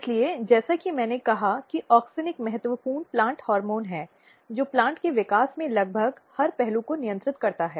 इसलिए जैसा कि मैंने कहा कि ऑक्सिन एक महत्वपूर्ण प्लांट हार्मोन है जो प्लांट के विकास के लगभग हर पहलू को नियंत्रित करता है